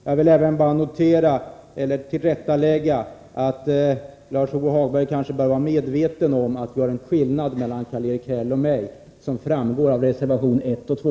Jag vill även göra ett tillrättaläggande och säga att Lars-Ove Hagberg bör vara medveten om att det finns en skillnad i uppfattning mellan Karl-Erik Häll och mig som framgår av reservationerna 1 och 2.